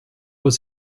was